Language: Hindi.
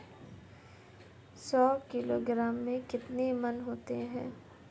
सौ किलोग्राम में कितने मण होते हैं?